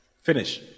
Finish